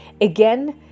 Again